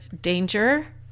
danger